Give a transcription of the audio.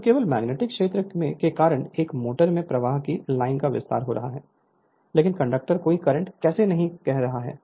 तो केवल मैग्नेटिक क्षेत्र के कारण एक मोटर में प्रवाह की लाइन का वितरण हो रहा है लेकिन कंडक्टर कोई करंट कैरी नहीं कर रहा है